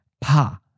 Pa